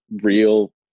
real